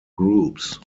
groups